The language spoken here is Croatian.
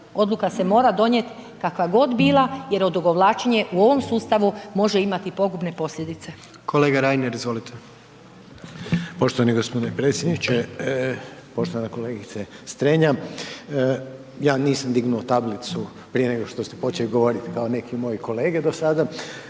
odluka se mora donijeti kakva god bila jer odugovlačenje u ovom sustavu može imati pogubne posljedice. **Jandroković, Gordan (HDZ)** Kolega Reiner, izvolite. **Reiner, Željko (HDZ)** Poštovani g. predsjedniče, poštovana kolegice Strenja. Ja nisam dignuo tablicu prije nego što ste počeli govoriti kao neki moji kolege do sada